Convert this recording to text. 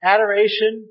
Adoration